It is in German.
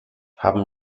haben